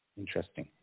Interesting